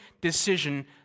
decision